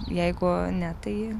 jeigu ne tai